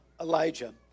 Elijah